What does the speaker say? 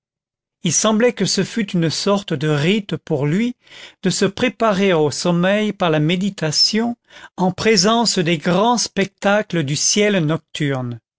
il semblait que ce fût une sorte de rite pour lui de se préparer au sommeil par la méditation en présence des grands spectacles du ciel nocturne